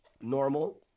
normal